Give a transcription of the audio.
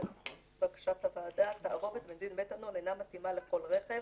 בקשת הוועדה ""תערובת בנזין מתנול אינה מתאימה לכל רכב.